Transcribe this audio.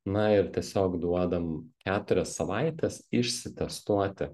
na ir tiesiog duodam keturias savaites išsitestuoti